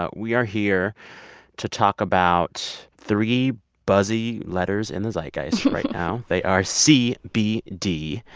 ah we are here to talk about three buzzy letters in the zeitgeist right now. they are c b d.